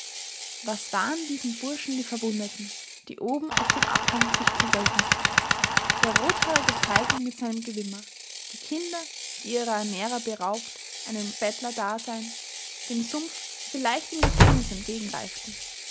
was waren diesem burschen die verwundeten die oben auf dem abhang sich kugelten der rothaarige feigling mit seinem gewimmer die kinder die ihrer ernährer beraubt einem bettlerdasein dem sumpf vielleicht dem gefängnis